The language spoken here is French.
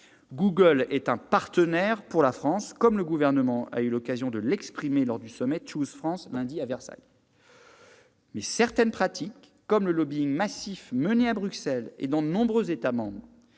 Google est un partenaire pour la France, comme le Gouvernement l'a souligné lors du sommet Choose France lundi à Versailles, mais certaines pratiques comme le lobbying massif mené à Bruxelles et dans de nombreux États membres